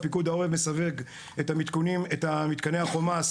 פיקוד העורף מסווג את מתקני החומ"ס